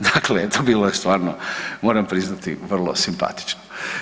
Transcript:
Dakle, to bilo je stvarno moram priznati vrlo simpatično.